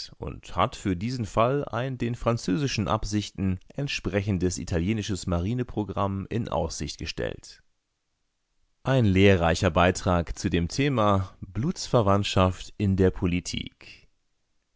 und hat für diesen fall ein den französischen absichten entsprechendes italienisches marineprogramm in aussicht gestellt ein lehrreicher beitrag zu dem thema blutsverwandtschaft in der politik